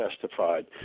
testified